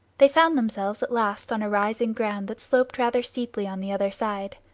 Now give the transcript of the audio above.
they found themselves at last on a rising ground that sloped rather steeply on the other side.